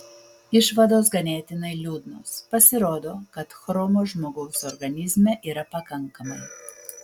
išvados ganėtinai liūdnos pasirodo kad chromo žmogaus organizme yra pakankamai